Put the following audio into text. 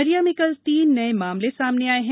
उमरिया में कल तीन नए मामले सामने आए हैं